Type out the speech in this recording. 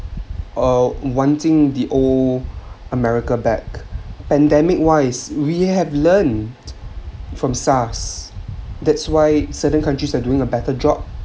or wanting the old america back pandemic wise we have learned from sars that's why certain countries are doing a better job